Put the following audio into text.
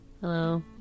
Hello